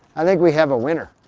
i think we have a winner.